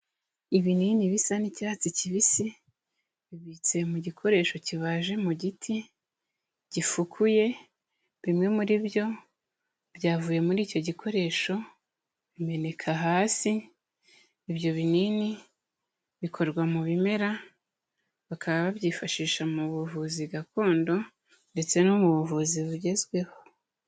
Ibinini bisa n'icyatsi kibisi bibitse mu gikoresho kibaje mu giti gifukuye bimwe muri byo byavuye muri icyo gikoresho bimeneka hasi ibyo binini bikorwa mu bimera bakaba babyifashisha mu buvuzi gakondo ndetse no mu buvuzi bugezweho.